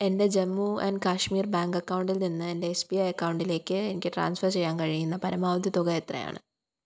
എൻ്റെ Jammu and Kashmir bank അക്കൗണ്ടിൽ നിന്ന് എൻ്റെ എസ് ബി ഐ അക്കൗണ്ടിലേക്ക് എനിക്ക് ട്രാൻസ്ഫർ ചെയ്യാൻ കഴിയുന്ന പരമാവധി തുക എത്രയാണ്